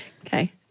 Okay